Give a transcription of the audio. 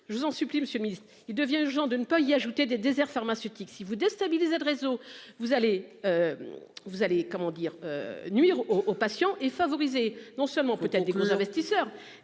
Je vous en supplie Monsieur Ministre il devient urgent de ne pas y ajouter des déserts pharmaceutiques si vous déstabiliser de réseau, vous allez. Vous allez comment dire nuire au au patients et favoriser non seulement peut-être des gros investisseurs.